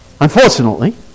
Unfortunately